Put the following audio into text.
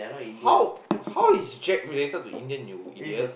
how how is Jack related to Indian you idiot